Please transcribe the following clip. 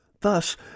Thus